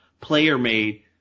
player-made